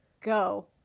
go